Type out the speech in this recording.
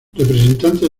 representantes